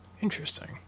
Interesting